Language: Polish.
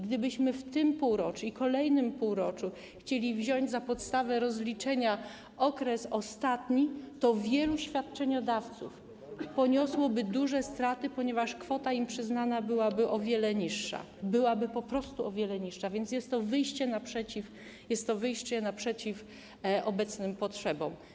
Gdybyśmy w tym i kolejnym półroczu chcieli wziąć za podstawę rozliczenia ostatni okres, to wielu świadczeniodawców poniosłoby duże straty, ponieważ kwota im przyznana byłaby o wiele niższa, byłaby po prostu o wiele niższa, więc jest to wyjście naprzeciw, jest to wyjście naprzeciw obecnym potrzebom.